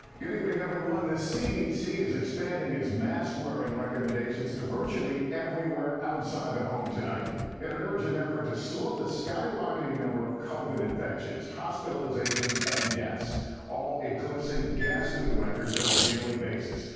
good evening, everyone the cdc is expanding its mask wearing recommendations to virtually everywhere outside the home tonight in an urgent effort to slow the skyrocketing number of covid infections, hospitalizations and deaths all eclipsing ghastly records on a daily basis.